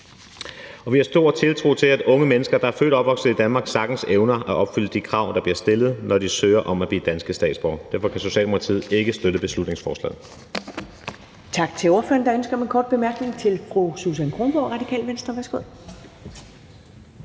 Vi har stor tiltro til, at unge mennesker, der er født og opvokset i Danmark, sagtens evner at opfylde de krav, der bliver stillet, når de søger om at blive danske statsborgere. Derfor kan Socialdemokratiet ikke støtte beslutningsforslaget.